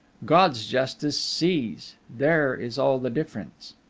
god's justice sees there is all the difference.